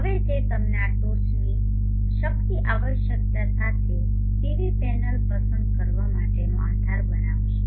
હવે તે તમને આ ટોચની શક્તિ આવશ્યકતાઓ સાથે PV પેનલ પસંદ કરવા માટેનો આધાર બનાવશે